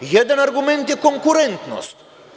Jedan argument je konkurentnost.